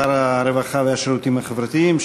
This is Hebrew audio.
שר הרווחה והשירותים החברתיים,